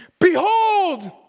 Behold